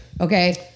Okay